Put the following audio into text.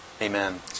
amen